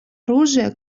оружие